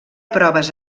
proves